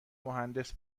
مهندس